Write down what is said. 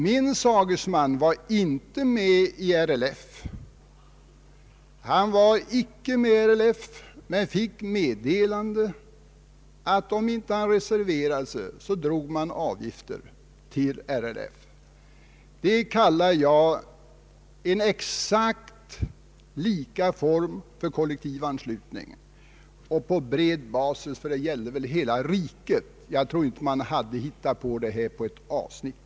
Min sagesman var inte med i RLF, men han fick meddelande om att därest han inte reserverade sig skulle det dras avgifter till RLF. Det anser jag vara exakt samma form för kollektivanslutning — och på bred basis, ty det gällde väl över hela riket; jag tror inte att det här förfarandet tillämpades endast lokalt.